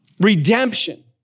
Redemption